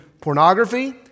pornography